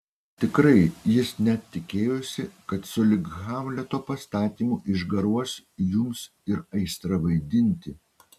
tikrai jis net tikėjosi kad sulig hamleto pastatymu išgaruos jums ir aistra vaidinti